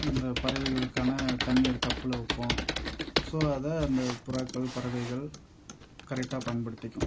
இந்த பறவைகளுக்கான தண்ணீர் கப்பில் வைப்போம் ஸோ அதை அந்த புறாக்கள் பறவைகள் கரெக்டாக பயன்படுத்திக்கும்